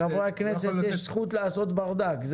לחברי הכנסת יש זכות לעשות ברדק.